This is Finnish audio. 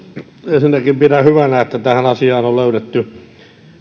ensinnäkin pidän hyvänä että tähän asiaan on on löydetty